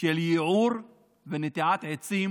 של ייעור ונטיעת עצים